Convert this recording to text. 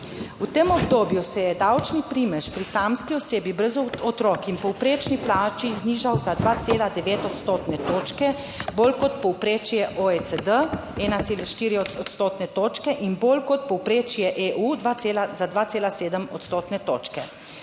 V tem obdobju se je davčni primež pri samski osebi brez otrok in povprečni plači znižal za 2,9 odstotne točke, bolj kot povprečje OECD 1,4 odstotne točke in bolj kot povprečje EU za 2,7 odstotne točke.